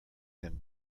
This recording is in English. than